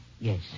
Yes